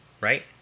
Right